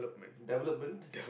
development